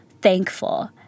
thankful